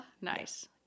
nice